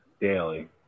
daily